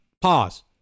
pause